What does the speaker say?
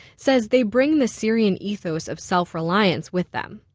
said they bring the syrian ethos of self-reliance with them.